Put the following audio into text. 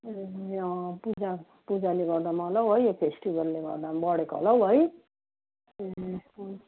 ए अँ पूजा पूजाले गर्दामा होला हौ है यो फेस्टिबलले गर्दामा बढेको होला हौ है ए